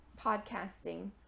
podcasting